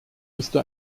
müsste